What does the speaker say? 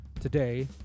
Today